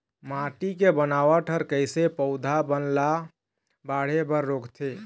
माटी के बनावट हर कइसे पौधा बन ला बाढ़े बर रोकथे?